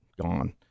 gone